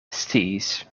sciis